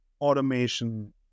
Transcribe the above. automation